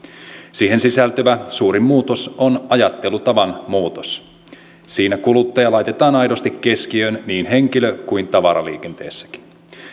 siihen sisältyvä suurin muutos on ajattelutavan muutos siinä kuluttaja laitetaan aidosti keskiöön niin henkilö kuin tavaraliikenteessäkin